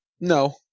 no